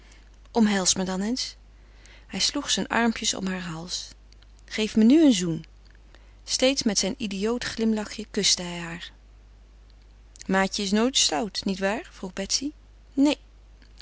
omhels me dan eens hij sloeg zijne armpjes om haar hals geef me nu een zoen steeds met zijn idioot glimlachje kuste hij haar maatje is nooit stout niet waar vroeg betsy neen